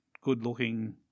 good-looking